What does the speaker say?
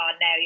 now